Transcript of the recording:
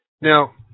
Now